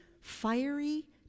fiery